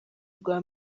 rwa